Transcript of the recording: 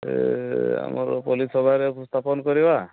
ଏ ଆମର ପଲ୍ଲୀ ସଭାରେ ଉପସ୍ଥାପନ କରିବା